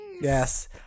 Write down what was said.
Yes